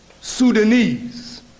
Sudanese